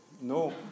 No